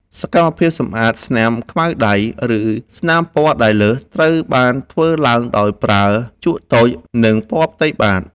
សកម្មភាពសម្អាតស្នាមខ្មៅដៃ ឬស្នាមពណ៌ដែលលើស ត្រូវបានធ្វើឡើងដោយប្រើជក់តូច និងពណ៌ផ្ទៃបាត។